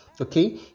Okay